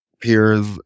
peers